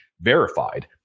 verified